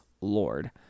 lord